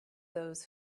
those